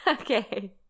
okay